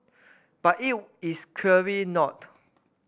but it is clearly not